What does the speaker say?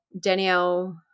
Danielle